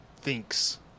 thinks